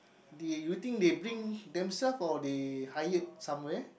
do you think they bring themselves of they hired somewhere